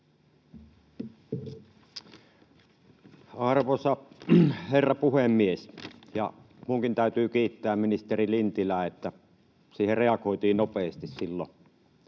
Arvoisa herra puhemies! Minunkin täytyy kiittää ministeri Lintilää, että siihen reagoitiin nopeasti silloin